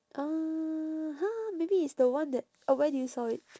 (uh huh) maybe it's the one that oh where did you saw it